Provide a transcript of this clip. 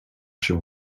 się